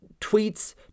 tweets